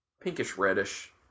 Pinkish-reddish